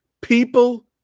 People